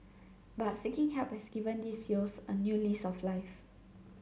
but seeking help has given these youths a new lease of life